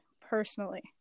personally